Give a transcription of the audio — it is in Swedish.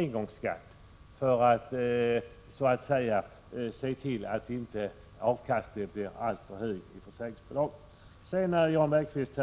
1986/87:48 engångsskatt för att förhindra att avkastningen inte blir alltför stor när det 12 december 1986 gäller försäkringsbolagen? STREET Jan Bergqvist